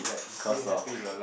cause of